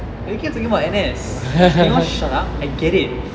why you keep talking about N_S can you all shut up I get it